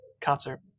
concert